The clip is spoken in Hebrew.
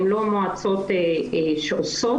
הן לא מועצות שעושות,